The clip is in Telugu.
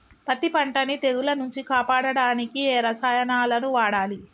పత్తి పంటని తెగుల నుంచి కాపాడడానికి ఏ రసాయనాలను వాడాలి?